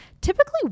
typically